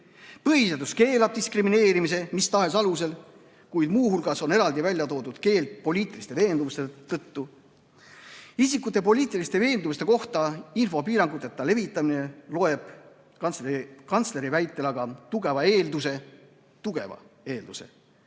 Põhiseadus keelab diskrimineerimise mis tahes alusel, kuid muu hulgas on eraldi välja toodud keeld diskrimineerida poliitiliste veendumuste tõttu. Isikute poliitiliste veendumuste kohta info piiranguteta levitamine loob kantsleri väitel aga tugeva eelduse – tugeva eelduse!